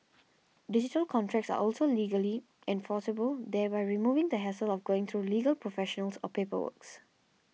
digital contracts are also legally enforceable thereby removing the hassle of going through legal professionals or paperwork's